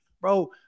bro